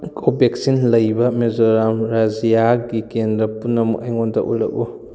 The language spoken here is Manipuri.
ꯀꯣꯚꯦꯛꯁꯤꯟ ꯂꯩꯕ ꯃꯦꯖꯣꯔꯥꯝ ꯔꯥꯖ꯭ꯌꯥꯒꯤ ꯀꯦꯟꯗ꯭ꯔ ꯄꯨꯝꯅꯃꯛ ꯑꯩꯉꯣꯟꯗ ꯎꯠꯂꯛꯎ